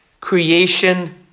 creation